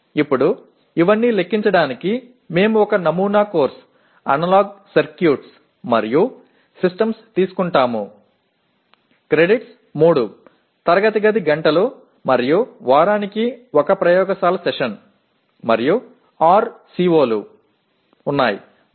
இப்போது இவை அனைத்தையும் கணக்கிட நாம் ஒரு மாதிரி பாடநெறி "தொடர்முறை சுற்றுகள் மற்றும் அமைப்புகள்" கிரெடிட்கள் வாரத்திற்கு 3 வகுப்பறை நேரம் மற்றும் 1 ஆய்வக அமர்வு